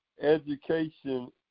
education